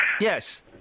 Yes